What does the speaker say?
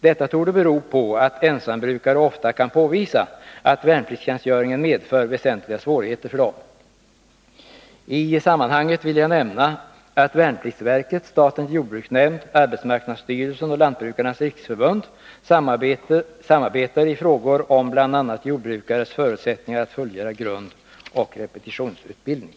Detta torde bero på att ensambrukare ofta kan påvisa att värnpliktstjänstgöringen medför väsentliga svårigheter för dem. I detta sammanhang vill jag nämna att värnpliktsverket, statens jordbruksnämnd, arbetsmarknadsstyrelsen och Lantbrukarnas riksförbund samarbetar i frågor om bl.a. jordbrukares förutsättningar att fullgöra grundoch repetitionsutbildning.